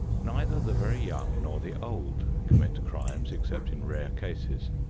neither the very young nor the old commit crimes, except in rare cases.